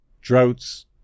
droughts